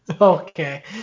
okay